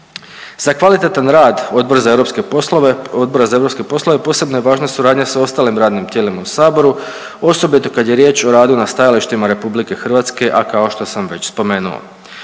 Za kvalitetan rad Odbora za europske poslove posebno je važna suradnja sa ostalim radnim tijelima u Saboru osobito kad je riječ o radu na stajalištima Republike Hrvatske, a kao što sam već spomenuo.